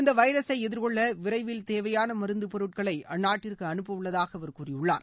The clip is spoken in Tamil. இந்த வைரஸை எதிர்கொள்ள விரைவில் தேவையான மருந்து பொருட்களை அந்நாட்டிற்கு அனுப்ப உள்ளதாக அவர் கூறியுள்ளார்